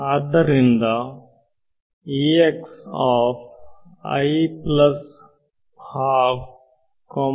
ಆದ್ದರಿಂದ ಸರಿ ಮತ್ತು